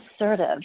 assertive